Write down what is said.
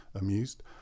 amused